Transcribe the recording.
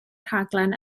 rhaglen